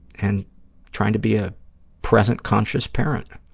and trying to be a present, conscious parent.